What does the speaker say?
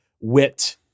wit